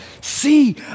see